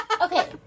Okay